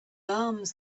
arms